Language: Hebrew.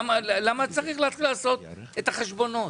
למה צריך לעשות את החשבונות?